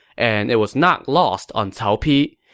and it was not lost on cao pi.